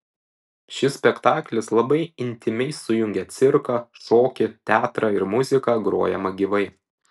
šis spektaklis labai intymiai sujungia cirką šokį teatrą ir muziką grojamą gyvai